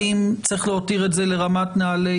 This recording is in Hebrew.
האם צריך להותיר את זה לרמת נהלים